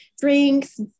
Drinks